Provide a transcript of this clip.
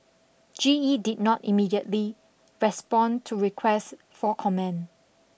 G E did not immediately respond to requests for comment